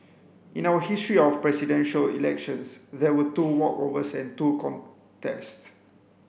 in our history of Presidential Elections there were two walkovers and two contests